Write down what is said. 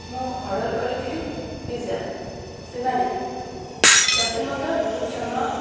ମୁଁ ଅର୍ଡ଼ର୍ କରିଥିଲି ପିଜ୍ଜା ସେମାନେ ପ୍ରଥମତଃ ବହୁତ ସମୟ